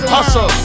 Hustle